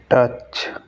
touch